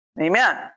Amen